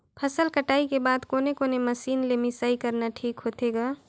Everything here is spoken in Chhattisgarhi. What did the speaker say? फसल कटाई के बाद कोने कोने मशीन ले मिसाई करना ठीक होथे ग?